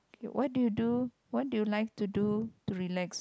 what do you do what do you like to do to relax